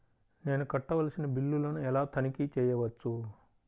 నేను కట్టవలసిన బిల్లులను ఎలా తనిఖీ చెయ్యవచ్చు?